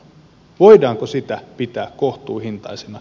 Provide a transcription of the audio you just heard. voidaanko sitä pitää kohtuuhintaisena